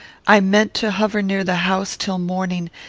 i meant to hover near the house till morning,